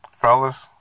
Fellas